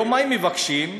מה הם מבקשים היום?